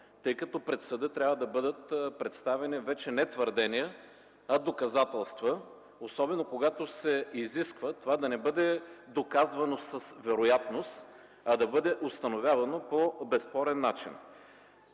тъй като пред съда трябва да бъдат представени вече не твърдения, а доказателства, особено когато се изисква това да не бъде доказвано с вероятност, а да бъде установявано по безспорен начин.